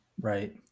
Right